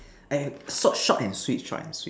and sort short and Sweet short and sweet